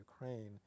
Ukraine